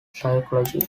psychology